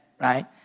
right